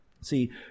See